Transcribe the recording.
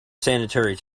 sanitary